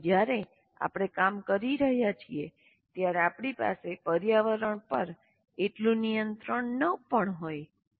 કારણ કે જ્યારે આપણે કામ કરી રહ્યા છીએ ત્યારે આપણી પાસે પર્યાવરણ પર એટલું નિયંત્રણ ન પણ હોય